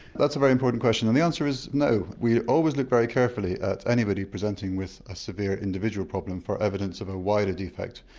that's a very important question and the answer is no, we always looked very carefully at anybody presenting with a severe problem for evidence of a wider defect.